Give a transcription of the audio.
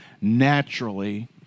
naturally